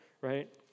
right